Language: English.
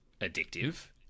addictive